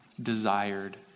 desired